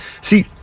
See